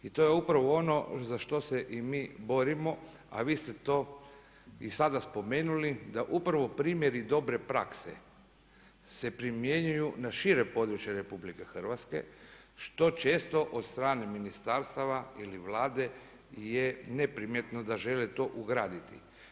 I to je upravo ono za što se i mi borimo, a vi ste to i sada spomenuli da upravo primjeri dobre prakse se primjenjuju na šire područje RH što često od strane ministarstava ili Vlade je neprimjetno da žele to ugraditi.